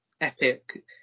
epic